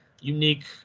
unique